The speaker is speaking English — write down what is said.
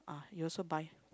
you also buy